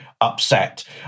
upset